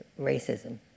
racism